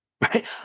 Right